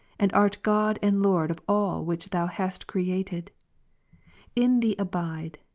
and art god and lord of all which thou hast created in thee abide,